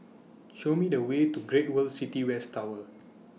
Show Me The Way to Great World City West Tower